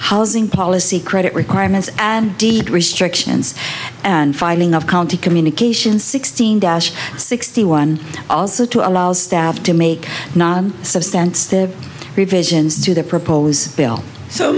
housing policy credit requirements and deed restrictions and filing of county communications sixteen dash sixty one also to allow stabbed to make some sense the revisions to the proposed bill so